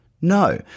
No